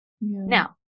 Now